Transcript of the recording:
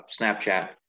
snapchat